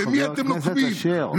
תודה, חבר הכנסת אשר.